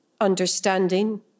understanding